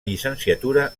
llicenciatura